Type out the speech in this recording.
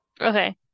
Okay